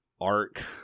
arc